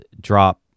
drop